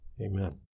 Amen